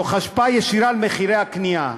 תוך השפעה ישירה על מחירי הקנייה,